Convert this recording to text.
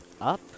up